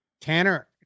Tanner